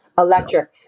Electric